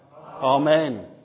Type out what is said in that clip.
Amen